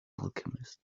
alchemist